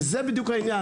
וזה בדיוק העניין,